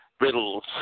riddles